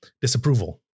disapproval